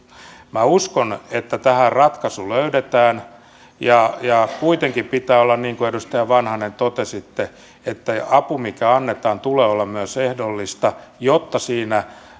minä uskon että tähän ratkaisu löydetään kuitenkin pitää olla niin kuin edustaja vanhanen totesitte että avun mikä annetaan tulee olla myös ehdollista jotta siinä